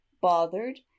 bothered